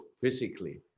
physically